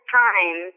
time